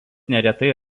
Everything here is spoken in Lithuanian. neretai